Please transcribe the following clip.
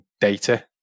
data